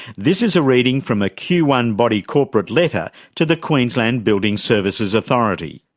this is a reading from a q one body corporate letter to the queensland building services authority.